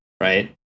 right